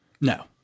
No